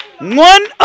One